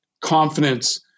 confidence